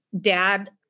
dad